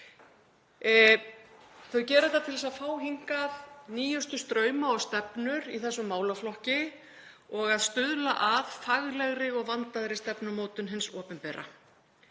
Þau gera þetta til þess að fá hingað nýjustu strauma og stefnur í þessum málaflokki og stuðla að faglegri og vandaðri stefnumótun hins opinbera.